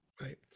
right